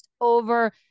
over